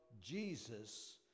Jesus